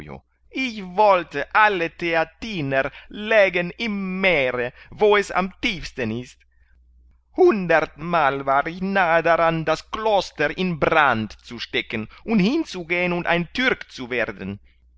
ich wollte alle theatiner lägen im meere wo es am tiefsten ist hundertmal war ich nahe daran das kloster in brand zu stecken und hinzugehen und ein türk zu werden